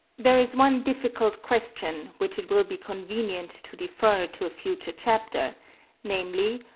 there is one difficult question which it will be convenient to defer to a future chapter namely,